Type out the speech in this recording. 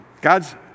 God's